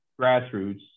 grassroots